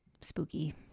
spooky